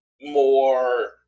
more